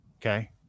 Okay